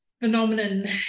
phenomenon